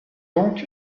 donc